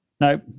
No